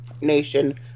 Nation